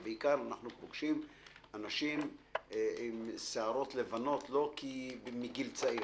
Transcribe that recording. ובעיקר אנחנו פוגשים אנשים עם שערות לבנות לא כי מגיל צעיר,